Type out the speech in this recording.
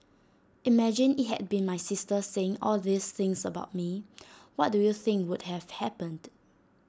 imagine IT had been my sister saying all these things about me what do you think would have happened